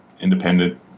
independent